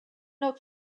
oaks